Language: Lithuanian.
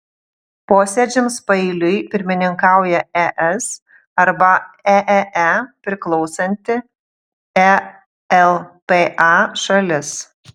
posėdžiams paeiliui pirmininkauja es arba eee priklausanti elpa šalis